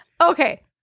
Okay